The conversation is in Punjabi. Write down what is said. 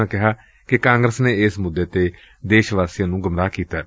ਉਨ੍ਹਾਂ ਕਿਹਾ ਕਿ ਕਾਂਗਰਸ ਨੇ ਇਸ ਮੁੱਦੇ ਤੇ ਦੇਸ਼ ਵਾਸੀਆਂ ਨੂੰ ਗੁੰਮਰਾਹ ਕੀਤੈ